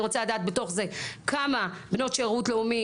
אני רוצה לדעת בתוך זה כמה בנות שירות לאומי,